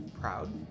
Proud